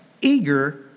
eager